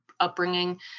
upbringing